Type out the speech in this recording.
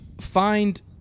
find